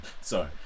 Sorry